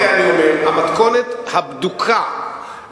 בזכות הטבעית.